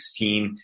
2016